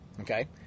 okay